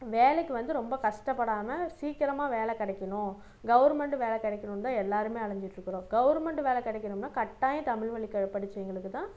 வேலைக்கு வந்து ரொம்ப கஷ்டப்படாமல் சீக்கிரமாக வேலை கிடைக்கணும் கவர்மெண்ட் வேலை கிடைக்கணுன்னுந்தான் எல்லோருமே அலைஞ்சிட்ருக்குறோம் கவர்மெண்ட் வேலை கிடைக்கணும்னா கட்டாயம் தமிழ் வழி படிச்சவங்களுக்கு தான்